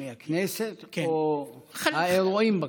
מי, הכנסת או האירועים בכנסת?